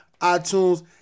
iTunes